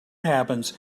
happens